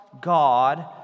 God